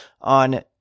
on